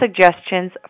suggestions